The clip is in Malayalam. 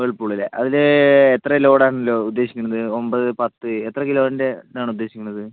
വേൾപൂളല്ലേ അതിൽ എത്ര ലോഡാണ് ഉദ്ദേശിക്കുന്നത് ഒമ്പത് പത്ത് എത്ര കിലോയിൻ്റെ ഇതാണ് ഉദ്ദേശിക്കുന്നത്